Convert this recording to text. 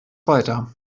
weiter